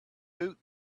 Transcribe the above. woot